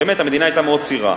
באמת, המדינה היתה מאוד צעירה,